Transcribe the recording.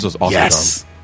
Yes